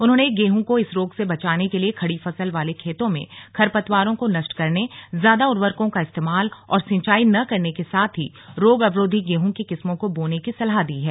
उन्होंने गेहूं को इस रोग से बचाने के लिए खड़ी फसल वाले खेतों में खरपतवारों को नष्ट करने ज्यादा उर्वरकों का इस्तेमाल और सिंचाई न करने के साथ ही रोग अवरोधी गेहूं की किस्मों को बोने की सलाह दी है